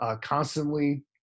constantly